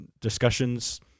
discussions